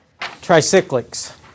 Tricyclics